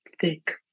thick